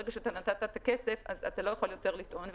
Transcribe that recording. שהרגע שנתת את הכסף אז אתה לא יכול יותר לטעון,